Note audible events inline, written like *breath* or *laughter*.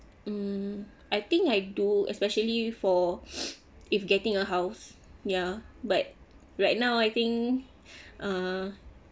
mm I think I do especially for *breath* if getting a house ya but right now I think uh